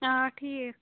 آ ٹھیٖک